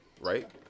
right